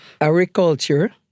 agriculture